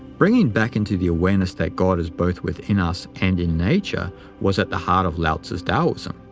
bringing back into the awareness that god is both within us and in nature was at the heart of lao-tzu's taoism.